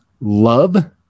love